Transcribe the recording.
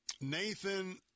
Nathan